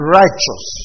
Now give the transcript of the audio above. righteous